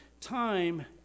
Time